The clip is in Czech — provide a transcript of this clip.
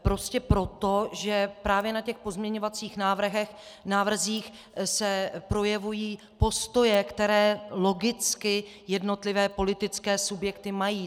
Prostě proto, že právě na těch pozměňovacích návrzích se projevují postoje, které logicky jednotlivé politické subjekty mají.